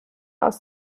aus